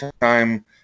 time